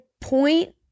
point